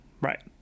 Right